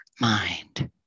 mind